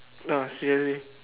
ah seriously